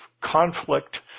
conflict